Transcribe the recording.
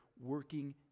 working